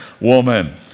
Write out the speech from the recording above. woman